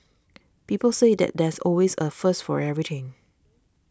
people say that there's always a first for everything